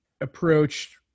approached